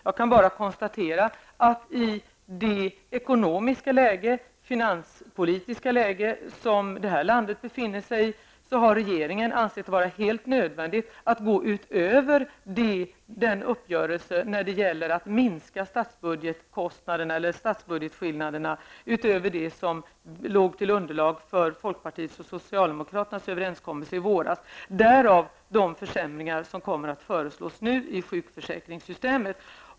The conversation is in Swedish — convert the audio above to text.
Jag kan bara konstatera att i det ekonomiska läge och finanspolitiska läge som landet befinner sig i, har regeringen ansett det vara helt nödvändigt att gå utöver uppgörelsen när det gäller att minska skillnaderna i statsbudgeten utöver den som låg till underlag för folkpartiets och socialdemokraternas överenskommelse i våras. Därav de försämringar i sjukförsäkringssystemet som nu kommer att föreslås.